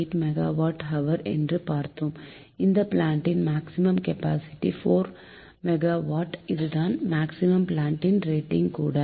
8 megawatt hour என்று பார்த்தோம் இந்த பிளான்டின் மேக்சிமம் கப்பாசிட்டி 4 மெகாவாட் இதுதான் மேக்சிமம் பிளான்ட் ரேட்டிங் கூட